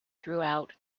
throughout